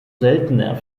seltener